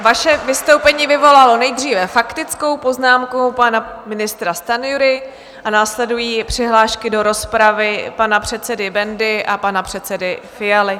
Vaše vystoupení vyvolalo nejdříve faktickou poznámku pana ministra Stanjury a následují přihlášky do rozpravy pana předsedy Bendy a pana předsedy Fialy.